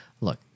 Look